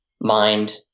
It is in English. mind